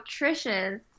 Trish's